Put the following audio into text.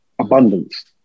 abundance